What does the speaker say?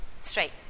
Straight